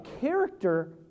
character